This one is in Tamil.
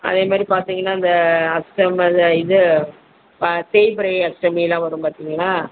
அதே மாதிரி பார்த்திங்கன்னா இந்த அஷ்டமி இது தேய்பிறை அஷ்டமியெலாம் வரும் பார்த்திங்களா